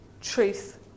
truth